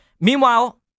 Meanwhile